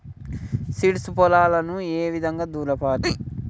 Seeds పొలాలను ఏ విధంగా దులపాలి?